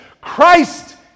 Christ